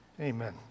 amen